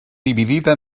dividida